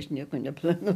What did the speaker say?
aš nieko neplanuoju